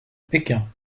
pékin